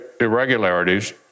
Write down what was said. irregularities